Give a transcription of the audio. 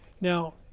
Now